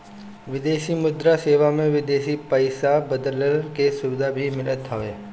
विदेशी मुद्रा सेवा में विदेशी पईसा बदलला के सुविधा भी मिलत हवे